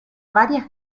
varias